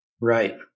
Right